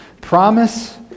promise